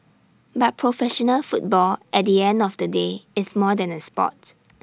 but professional football at the end of the day is more than A Sport